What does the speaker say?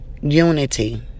unity